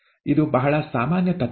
ಇದು ಬಹಳ ಸಾಮಾನ್ಯ ತತ್ವ